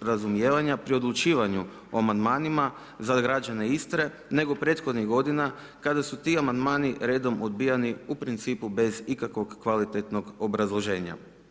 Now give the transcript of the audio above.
razumijevanja pri odlučivanju o amandmanima za građane Istre, nego prethodnih godina kada su ti amandmani redom odbijani u principu bez ikakvog kvalitetnog obrazloženja.